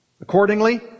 Accordingly